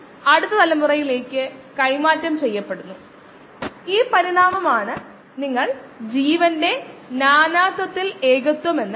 വിശകലനത്തെക്കുറിച്ചും മറ്റും ഉള്ള മുഴുവൻ പോയിന്റും അതാണ്